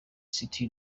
city